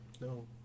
No